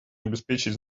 обеспечить